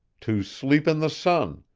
to sleep in the sun,